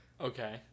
Okay